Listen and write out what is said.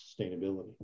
sustainability